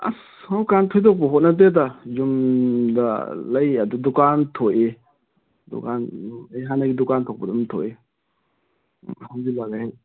ꯑꯁ ꯍꯧꯖꯤꯛꯀꯥꯟ ꯊꯣꯏꯗꯣꯛꯄ ꯍꯣꯠꯅꯗꯦꯗ ꯌꯨꯝꯗ ꯂꯩꯌꯦ ꯑꯗꯨ ꯗꯨꯀꯥꯟ ꯊꯣꯛꯏ ꯗꯨꯀꯥꯟ ꯍꯥꯟꯅꯒꯤ ꯗꯨꯀꯥꯟ ꯊꯣꯛꯄꯗꯨ ꯑꯗꯨꯝ ꯊꯣꯛꯏ ꯍꯧꯖꯤꯛ ꯂꯥꯛꯂꯦ ꯑꯩ